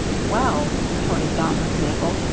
well, retorted dauntless mabel,